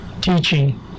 teaching